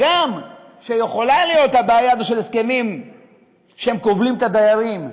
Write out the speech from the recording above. הגם שיכולה להיות בעיה של הסכמים שהם כובלים את הדיירים,